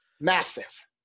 Massive